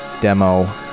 demo